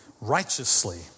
righteously